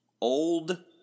Old